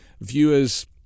viewers